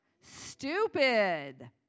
stupid